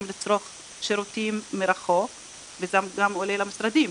לצרוך שירותים מרחוק וזה גם עולה למשרדים.